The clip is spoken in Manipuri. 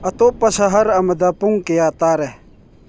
ꯑꯇꯣꯞꯄ ꯁꯍꯔ ꯑꯃꯗ ꯄꯨꯡ ꯀꯌꯥ ꯇꯥꯔꯦ